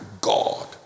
God